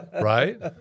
right